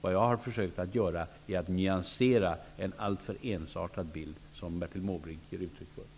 Vad jag har försökt att göra är att nyansera den alltför ensartade bild som Bertil Måbrink ger uttryck för.